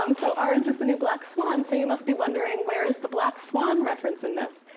um so orange is the new black swan. so you must be wondering, where is the black swan reference in this?